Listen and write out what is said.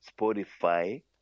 Spotify